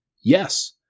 Yes